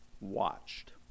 watched